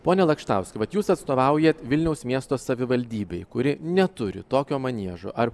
pone lakštauskai vat jūs atstovaujat vilniaus miesto savivaldybei kuri neturi tokio maniežo ar